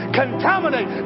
contaminate